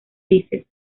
dices